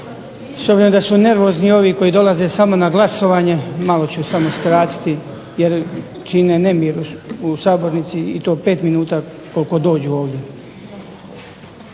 S obzirom da su nervozni ovi koji dolaze samo na glasovanje malo ću samo skratiti jer čine nemir u sabornici i to pet minuta koliko dođu ovdje.